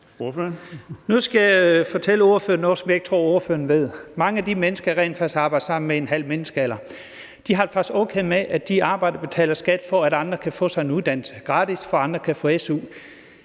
Nu skal jeg fortælle hr. Alex Vanopslagh noget, som jeg ikke tror hr. Alex Vanopslagh ved. Mange af de mennesker har jeg rent faktisk arbejdet sammen med i en halv menneskealder. De har det faktisk okay med, at de arbejder og betaler skat, for at andre kan få sig en uddannelse gratis og for at andre kan få su,